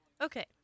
okay